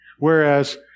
Whereas